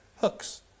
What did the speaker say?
Hooks